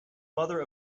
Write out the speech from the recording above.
mother